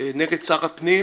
נגד שר הפנים,